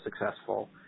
successful